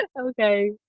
okay